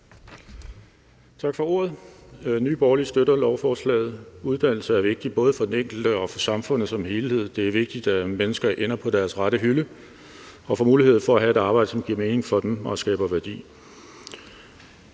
Tak for ordet. Nye Borgerlige støtter lovforslaget. Uddannelse er vigtig, både for den enkelte og for samfundet som helhed. Det er vigtigt, at mennesker ender på deres rette hylde og får mulighed for at have et arbejde, som giver mening for dem og skaber værdi.